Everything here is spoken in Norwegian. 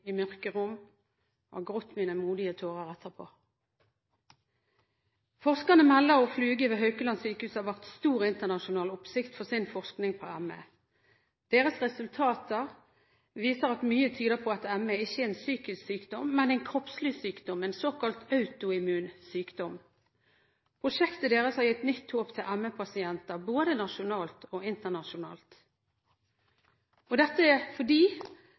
i mørke rom, og jeg har grått mine modige tårer etterpå. Forskerne melder at Fluge ved Haukeland sykehus har vakt stor internasjonal oppsikt med sin forskning på ME. Deres resultater viser at mye tyder på at ME ikke er en psykisk sykdom, men en kroppslig sykdom, en såkalt autoimmun sykdom. Prosjektet deres har gitt nytt håp til ME-pasienter både nasjonalt og internasjonalt – dette fordi de også er